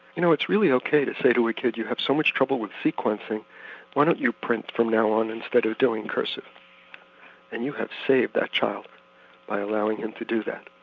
you know it's really ok to say to a kid, you have so much trouble with sequencing why don't you print from now on instead of doing cursive and you have saved that child by allowing him to do that.